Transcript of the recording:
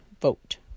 Vote